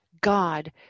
God